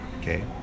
okay